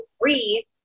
free